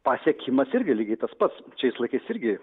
pasiekimas irgi lygiai tas pats šiais laikais irgi